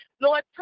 Lord